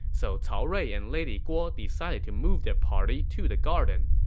so cao rui and lady guo decided to move their party to the garden.